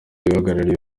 uhagarariye